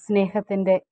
സ്നേഹത്തിൻ്റെ